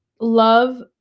love